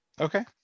Okay